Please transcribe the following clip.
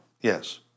Yes